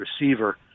receiver